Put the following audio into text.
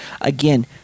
again